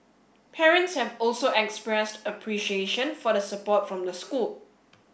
parents have also expressed appreciation for the support from the school